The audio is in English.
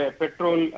petrol